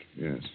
Yes